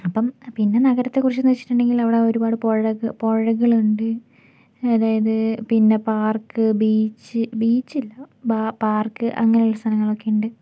അപ്പം പിന്നെ നഗരത്തെക്കുറിച്ച് എന്നു വച്ചിട്ടുണ്ടെങ്കിൽ അവിടെ ഒരുപാട് പുഴകളുണ്ട് അതായത് പിന്നെ പാർക്ക് ബീച്ച് ബീച്ചില്ല പാർക്ക് അങ്ങനെയുള്ള സ്ഥലങ്ങളൊക്കെയുണ്ട്